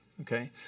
Okay